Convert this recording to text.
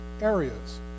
areas